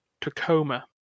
Tacoma